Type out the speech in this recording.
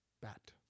Bat